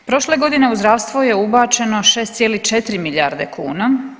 Prošle godine u zdravstvo je ubačeno 6,4 milijarde kuna.